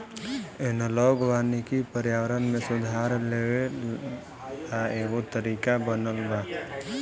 analogue वानिकी पर्यावरण में सुधार लेआवे ला एगो तरीका बनल बा